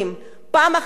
פעם אחר פעם,